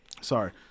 sorry